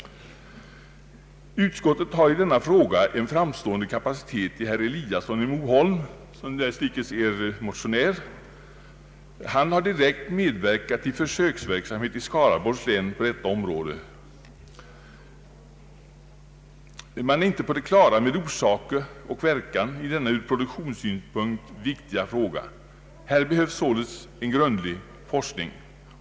Utskottet har för övrigt i denna fråga en framstående kapacitet i herr Eliasson i Moholm, som dessutom är motionär. Han har direkt medverkat i försöksverksamhet på detta område i Skaraborgs län. Man är inte på det klara med orsak och verkan i denna ur produktionssynpunkt viktiga fråga. Här behövs således en grundlig forskning.